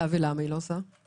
ולמה היא לא עושה את זה?